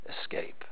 escape